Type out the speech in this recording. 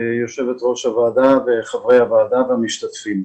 יושבת ראש הוועדה וחברי הוועדה והמשתתפים.